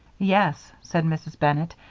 yes, said mrs. bennett,